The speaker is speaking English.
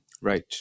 right